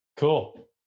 Cool